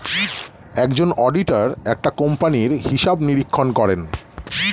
একজন অডিটর একটা কোম্পানির হিসাব নিরীক্ষণ করেন